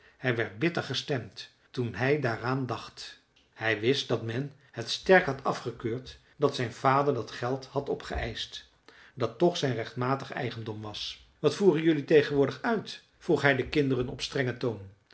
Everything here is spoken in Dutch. hij werd bitter gestemd toen hij daaraan dacht hij wist dat men het sterk had afgekeurd dat zijn vader dat geld had opgeëischt dat toch zijn rechtmatig eigendom was wat voeren jelui tegenwoordig uit vroeg hij de kinderen op strengen toon